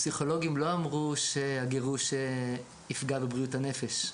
הפסיכולוגים לא אמרו שהגירוש יפגע בבריאות הנפש.